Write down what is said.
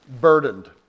burdened